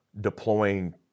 deploying